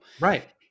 Right